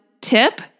tip